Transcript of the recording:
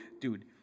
dude